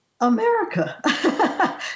America